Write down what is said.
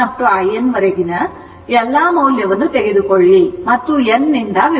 in ವರೆಗಿನ ಎಲ್ಲಾ ಮೌಲ್ಯವನ್ನು ತೆಗೆದುಕೊಳ್ಳಿ ಮತ್ತು n ನಿಂದ ವಿಭಜಿಸಿ